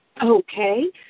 Okay